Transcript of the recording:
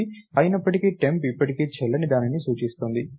అయినప్పటికీ టెంప్ ఇప్పటికీ చెల్లని దానిని సూచిస్తోంది